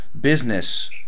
business